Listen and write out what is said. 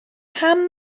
pam